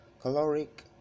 caloric